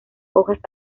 hojas